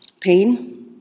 pain